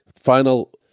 final